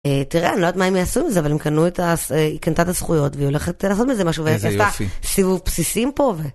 אה.. תראה, אני לא יודעת מה הם יעשו עם זה, אבל הם קנו את, קנתה את הזכויות והיא הולכת לעשות מזה משהו, איזה יופי. ועשתה אה.. סיבוב בסיסים פה ו...